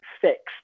fixed